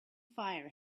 fire